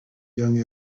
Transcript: young